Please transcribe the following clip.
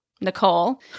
Nicole